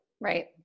right